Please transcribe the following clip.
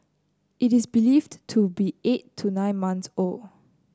it is believed to be eight to nine months old